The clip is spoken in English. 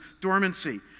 dormancy